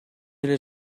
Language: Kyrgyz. эле